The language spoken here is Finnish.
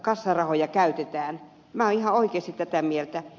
minä olen ihan oikeasti tätä mieltä